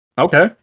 Okay